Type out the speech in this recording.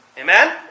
amen